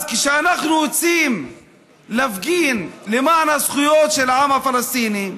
אז כשאנחנו יוצאים להפגין למען הזכויות של העם הפלסטיני,